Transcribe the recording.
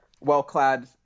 well-clad